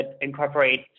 incorporate